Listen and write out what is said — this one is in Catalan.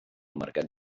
mercat